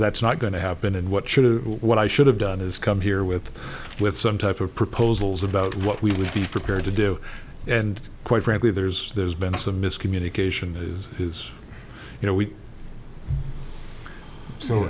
that's not going to happen and what should what i should have done is come here with with some type of proposals about what we would be prepared to do and quite frankly there's there's been some miscommunication is is you know we s